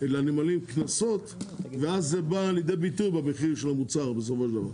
לנמלים קנסות ואז זה בא לידי ביטוי במחיר של המוצר בסופו של דבר.